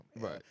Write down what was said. Right